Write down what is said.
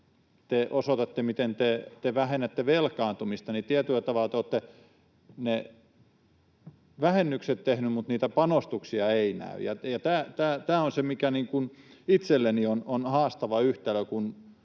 te osoitatte, miten te vähennätte velkaantumista, niin tietyllä tavalla te olette ne vähennykset tehneet, mutta niitä panostuksia ei näy. Ja tämä on se, mikä itselleni on haastava yhtälö, kun